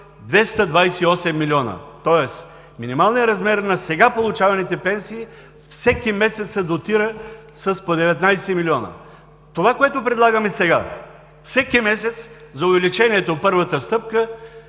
228 милиона, тоест минималният размер на сега получаваните пенсии всеки месец се дотира с по 19 милиона. Това, което предлагаме като първа стъпка сега, за увеличението за всеки